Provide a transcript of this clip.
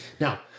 Now